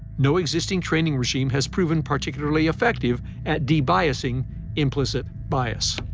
no existing training regime has proven particularly effective at de-biasing implicit bias.